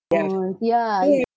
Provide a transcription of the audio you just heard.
oh ya